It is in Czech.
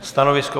Stanovisko?